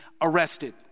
arrested